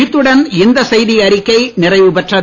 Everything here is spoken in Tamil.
இத்துடன் இந்த செய்தியறிக்கை நிறைவுபெறுகிறது